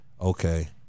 okay